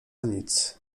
nic